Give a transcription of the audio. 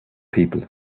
people